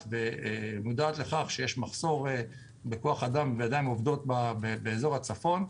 ומודעת לכך שיש מחסור בכוח אדם וידיים עובדות באזור הצפון,